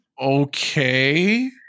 Okay